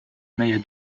meie